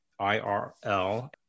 IRL